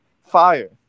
Fire